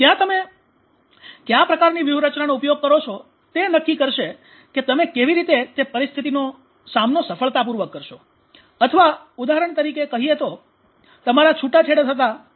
ત્યાં તમે કયા પ્રકારની વ્યૂહરચનાનો ઉપયોગ કરો છો તે નક્કી કરશે કે તમે કેવી રીતે તે પરિસ્થિતિનો સામનો સફળતાપૂર્વક કરશો અથવા ઉદાહરણો તરીકે કહીએ તો તમારા છૂટાછેડા થતાં બચી ગયા છે